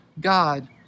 God